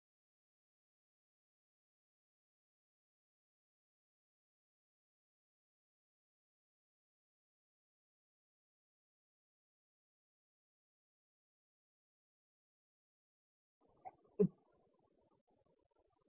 જો કોઈ વિકલ્પ અન્ય વિકલ્પની સરખામણીમાં એક જ માપદંડ પર ખરાબ પ્રદર્શન કરે છે તો પછી અન્ય માપદંડ પર તેની કામગીરીને ધ્યાનમાં લીધા વગર વિકલ્પને આઉટરાન્કડ તરીકે ગણવામાં આવશે